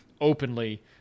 openly